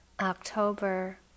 October